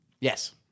Yes